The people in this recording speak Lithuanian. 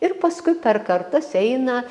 ir paskui per kartas eina